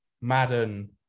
Madden